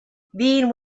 being